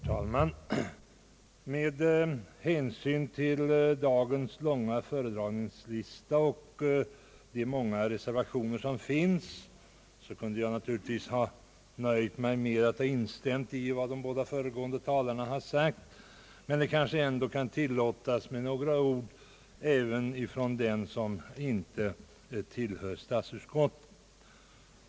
Herr talman! Med hänsyn till dagens långa föredragningslista och de många reservationer som föreligger kunde jag naturligtvis ha nöjt mig med att instämma i vad de båda föregående talarna har sagt. Emellertid kan kanske några ord tillåtas även från en ledamot som inte tillhör statsutskottet.